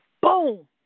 boom